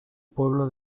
pueblo